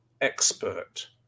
expert